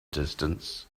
distance